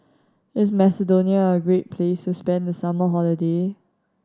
is Macedonia a great place to spend the summer holiday